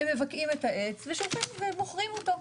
הם מבקעים את העץ ומוכרים אותו.